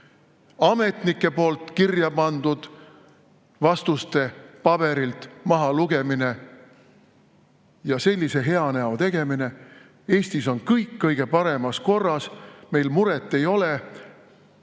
ametnike poolt kirja pandud vastuste paberilt maha lugemine ja sellise hea näo tegemine, et Eestis on kõik kõige paremas korras, meil muret ei ole.